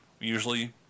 usually